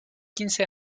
quince